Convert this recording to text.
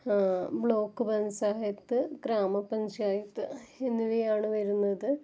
block panchayat ഗ്രാമ പഞ്ചായത്ത് എന്നിവയാണ് വരുന്നത്